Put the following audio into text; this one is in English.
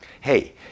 Hey